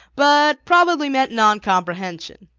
but probably meant noncomprehension.